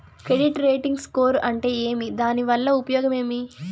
Credit rating score అంటే ఏమి దాని వల్ల ఉపయోగం ఏమి?